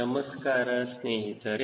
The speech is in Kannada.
ನಮಸ್ಕಾರ ಸ್ನೇಹಿತರೆ